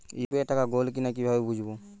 UPI টাকা গোল কিনা কিভাবে বুঝব?